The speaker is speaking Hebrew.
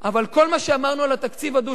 אבל כל מה שאמרנו על התקציב הדו-שנתי,